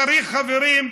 צריך, חברים,